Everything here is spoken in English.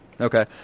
Okay